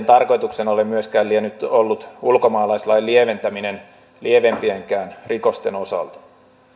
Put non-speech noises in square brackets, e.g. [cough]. [unintelligible] tarkoituksena myöskään liene ollut ulkomaalaislain lieventäminen lievempienkään rikosten osalta